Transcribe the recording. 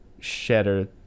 shatter